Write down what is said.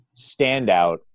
standout